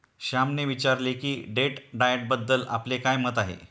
श्यामने विचारले की डेट डाएटबद्दल आपले काय मत आहे?